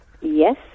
Yes